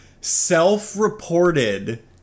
self-reported